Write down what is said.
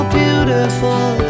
beautiful